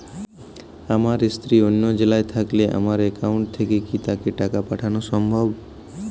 আমার স্ত্রী অন্য জেলায় থাকলে আমার অ্যাকাউন্ট থেকে কি তাকে টাকা পাঠানো সম্ভব?